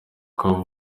kuvuga